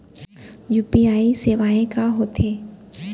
UPI सेवाएं का होथे?